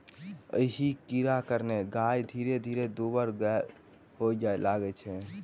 एहि कीड़ाक कारणेँ गाय धीरे धीरे दुब्बर होबय लगैत छै